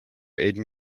aden